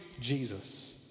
Jesus